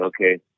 okay